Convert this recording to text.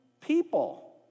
people